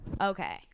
Okay